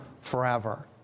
forever